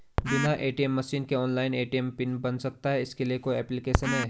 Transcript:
बिना ATM machine के online ATM pin बन सकता है इसके लिए कोई ऐप्लिकेशन है?